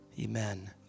Amen